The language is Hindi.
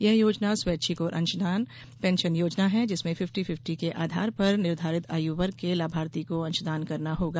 यह योजना स्वैच्छिक और अंशदान पेंशन योजना है जिसमें फिफ्टी फिफ्टी के आधार पर निर्धारित आयु वर्ग के लाभार्थी को अंशदान करना होगा